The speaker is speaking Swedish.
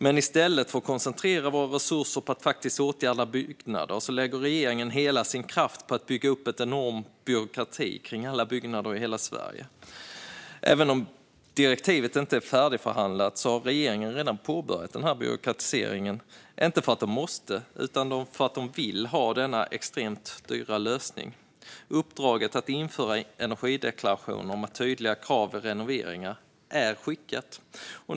Men i stället för att koncentrera våra resurser på att faktiskt åtgärda byggnader lägger regeringen hela sin kraft på att bygga upp en enorm byråkrati kring alla byggnader i hela Sverige. Även om direktivet inte är färdigförhandlat har regeringen redan påbörjat denna byråkratisering, inte för att den måste utan för att den vill ha denna extremt dyra lösning. Uppdraget att införa energideklarationer med tydliga krav vid renoveringar är skickat.